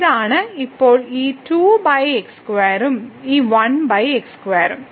ഇതാണ് ഇപ്പോൾ ഈ 2 x2 ഉം ഈ 1 x2 ഉം